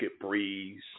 Breeze